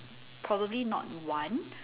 probably not one